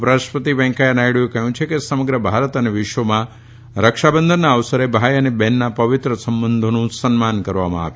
ઉપરાષ્ટ્રપતિ વૈકયા નાયડુએ કહયું છે કે સમગ્ર ભારત અને વિશ્વમાં રક્ષાબંધનના અવસરે ભાઇ અને બહેનના પવિત્ર સંબંધોનો સન્માન કરવામાં આવે